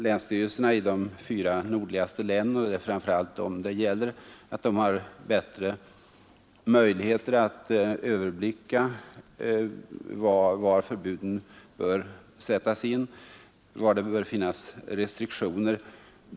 Länsstyrelserna i de fyra nordligaste länen det är framför allt dem det gäller har bättre möjligheter att överblicka var förbuden bör sättas in och var det bör finnas restriktioner.